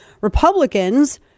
republicans